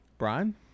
Brian